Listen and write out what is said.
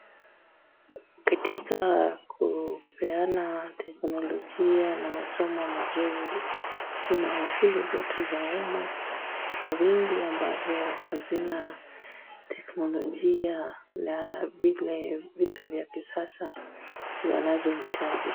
Katika kupeana teknolijia na masomo mazuri kuna shule zetu za umma kwa wingi ambazo hazina teknolojia na vile vitu vya kisasa wanazohitaji.